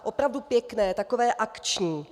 Opravdu pěkné, takové akční!